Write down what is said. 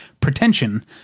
pretension